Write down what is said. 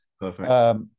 Perfect